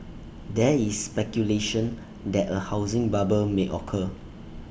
there is speculation that A housing bubble may occur